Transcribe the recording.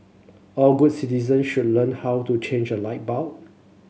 all good citizen should learn how to change a light bulb